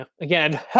Again